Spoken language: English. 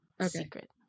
secret